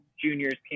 juniors